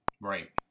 right